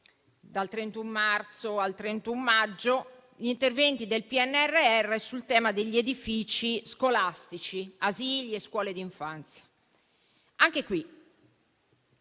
dal 31 marzo al 31 maggio gli interventi del PNRR sul tema di edifici scolastici, asili e scuole d'infanzia; le